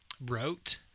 wrote